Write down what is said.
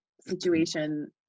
situation